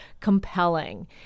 compelling